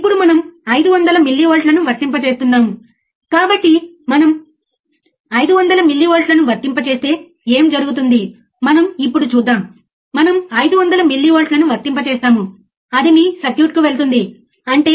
అతను దానిని 425 kilohertz 465 kilohertz పెంచుతున్నాడని చూడండి మీరు చూస్తారు చాలా వక్రీకరణ ఉంది చాలా వక్రీకరణ ఉంది సరే